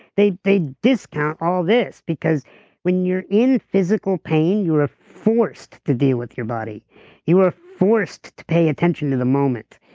they they discount all this because when you're in physical pain, you are ah forced to deal with your body you are forced to pay attention to the moment.